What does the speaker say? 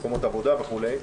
מקומות עבודה וכולי.